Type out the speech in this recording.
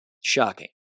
Shocking